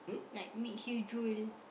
like makes you drool